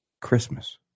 Christmas